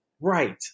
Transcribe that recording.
Right